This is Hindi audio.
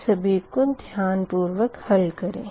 इन सभी को ध्यान पूर्वक हल करें